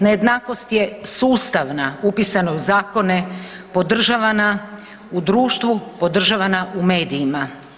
Nejednakost je sustavna, upisna je u zakone, podržavana u društvu, podržavana u medijima.